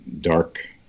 dark